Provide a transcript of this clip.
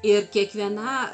ir kiekviena